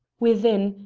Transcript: within,